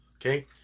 okay